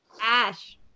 Ash